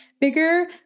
bigger